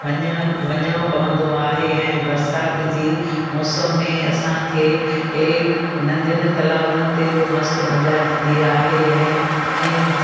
वञणु वञिणो पवंदो आहे ऐं बरसाति जी मौसम में असांखे हे नंदियुनि तलाउनि ते बि माण्हू मस्तु मज़ा ईंदी आहे ऐं